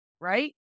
right